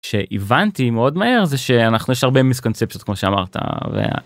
שהבנתי מאוד מהר זה שאנחנו.. יש הרבה מיסקונספציות, כמו שאמרת, וה..